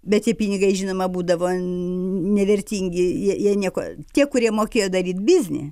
bet tie pinigai žinoma būdavo nevertingi jie jie nieko tie kurie mokėjo daryt biznį